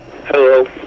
Hello